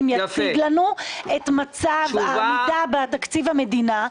יציג לנו את מצב העמידה בתקציב המדינה,